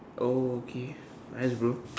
oh okay nice bro